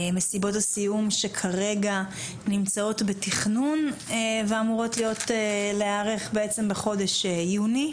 מסיבות הסיום שכרגע נמצאות בתכנון ואמורות להיערך בחודש יוני,